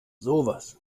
sowas